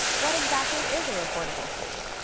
what exactly is a reportable food?